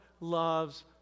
loves